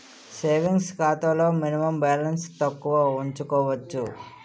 savings ఖాతాలో minimum balance తక్కువ ఉంచుకోవచ్చు